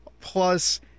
Plus